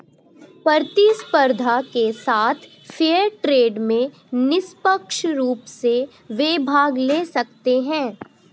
प्रतिस्पर्धा के साथ फेयर ट्रेड में निष्पक्ष रूप से वे भाग ले सकते हैं